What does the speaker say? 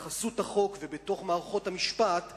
בחסות החוק ובתוך מערכות המשפט מתנהל,